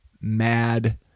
mad